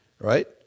right